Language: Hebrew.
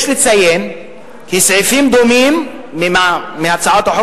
יש לציין כי סעיפים דומים להצעת החוק